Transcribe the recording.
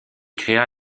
créa